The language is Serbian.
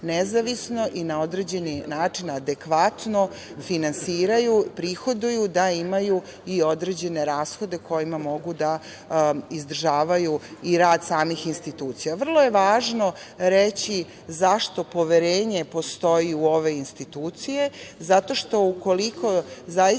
nezavisno i na određeni način adekvatno finansiraju, prihoduju da imaju i određene rashode koji mogu da izdržavaju i rad samih institucija. Vrlo je važno reći zašto poverenje postoji u ove institucijama. Zato što ukoliko zaista